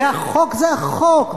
והחוק זה החוק,